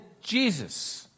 Jesus